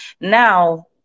now